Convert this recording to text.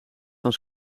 van